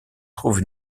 trouve